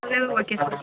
அதெல்லாம் okay sir